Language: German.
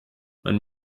man